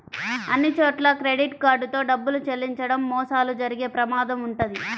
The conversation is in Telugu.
అన్నిచోట్లా క్రెడిట్ కార్డ్ తో డబ్బులు చెల్లించడం మోసాలు జరిగే ప్రమాదం వుంటది